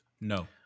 No